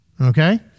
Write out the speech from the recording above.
Okay